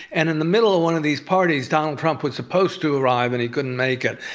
and in the middle of one of these parties donald trump was supposed to arrive and he couldn't make it,